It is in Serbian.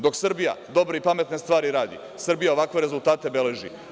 Dok Srbija dobre i pametne stvari radi, Srbija ovakve rezultate beleži.